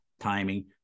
timing